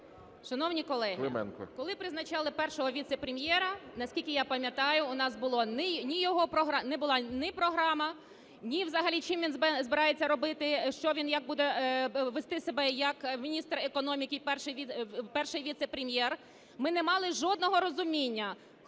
Шановні колеги, коли призначали першого віцепрем'єра, наскільки я пам'ятаю, у нас не було ні його програми, ні взагалі що він збирається робити, що він, як буде вести себе як міністр економіки, перший віцепрем'єр. Ми не мали жодного розуміння,